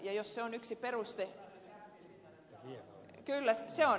ja jos se on yksi peruste